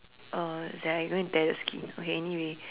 uh it's there I'm gonna tear the skin okay anyway